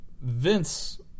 Vince